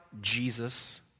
Jesus